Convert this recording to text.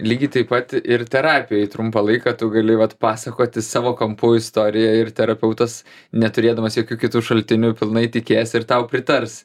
lygiai taip pat ir terapijoj trumpą laiką tu gali vat pasakoti savo kampu istoriją ir terapeutas neturėdamas jokių kitų šaltinių pilnai tikės ir tau pritars